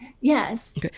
Yes